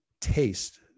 taste